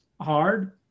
hard